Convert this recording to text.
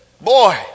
boy